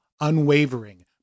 unwavering